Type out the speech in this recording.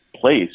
place